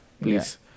please